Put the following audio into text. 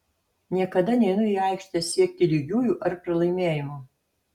niekada neinu į aikštę siekti lygiųjų ar pralaimėjimo